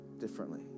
differently